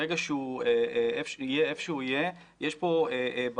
ברגע שהוא יהיה איפה שהוא יהיה, יש פה בעיה.